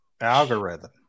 Algorithm